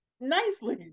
nicely